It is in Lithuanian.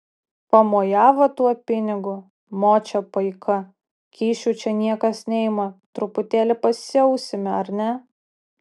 pamojavo tuo pinigu močia paika kyšių čia niekas neima truputėlį pasiausime ar ne